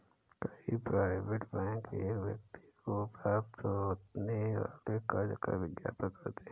कई private bank एक व्यक्ति को प्राप्त होने वाले कर्ज का विज्ञापन करते हैं